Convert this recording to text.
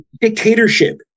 Dictatorship